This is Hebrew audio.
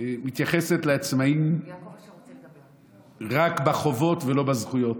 מתייחסת לעצמאים רק בחובות ולא בזכויות.